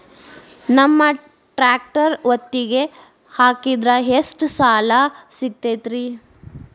ನಮ್ಮ ಟ್ರ್ಯಾಕ್ಟರ್ ಒತ್ತಿಗೆ ಹಾಕಿದ್ರ ಎಷ್ಟ ಸಾಲ ಸಿಗತೈತ್ರಿ?